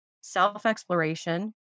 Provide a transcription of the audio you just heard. self-exploration